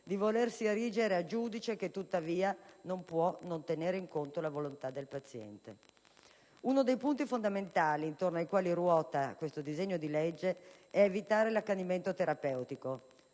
di volersi erigere a giudice che, tuttavia, non può non tenere in conto la volontà del paziente. Uno dei punti fondamentali intorno ai quali ruota il disegno di legge in esame è evitare l'accanimento terapeutico: